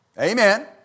Amen